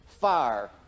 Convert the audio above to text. fire